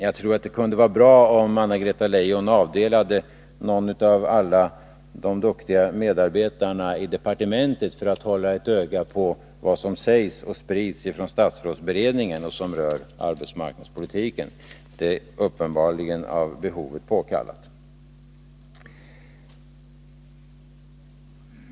Jag tror att det kunde vara bra, om Anna-Greta Leijon avdelade någon av alla de duktiga medarbetarna i departementet för att hålla ett öga på vad som sägs och sprids från statsrådsberedningen och som rör arbetsmarknadspolitiken. Det är uppenbarligen av behovet påkallat.